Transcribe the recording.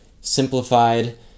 simplified